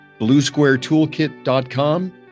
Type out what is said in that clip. Bluesquaretoolkit.com